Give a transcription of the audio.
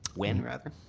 when, rather?